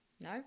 No